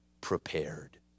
prepared